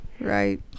Right